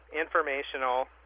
informational